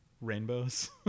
rainbows